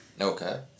Okay